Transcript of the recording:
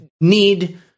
need